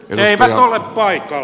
eivät ole paikalla